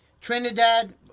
Trinidad